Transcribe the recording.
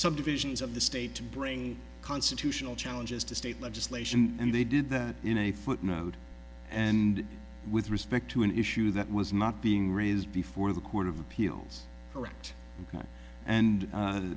subdivisions of the state to bring constitutional challenges to state legislation and they did that in a footnote and with respect to an issue that was not being raised before the court of appeals